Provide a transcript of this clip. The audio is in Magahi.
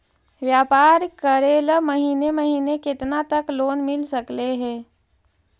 व्यापार करेल महिने महिने केतना तक लोन मिल सकले हे?